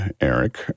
Eric